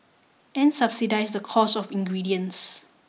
and subsidise the cost of ingredients